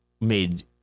made